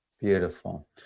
Beautiful